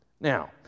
Now